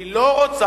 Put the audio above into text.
היא לא רוצה.